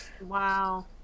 Wow